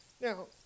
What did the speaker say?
Now